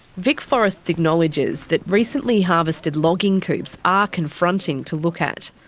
vicforests acknowledges that recently harvested logging coupes are confronting to look at,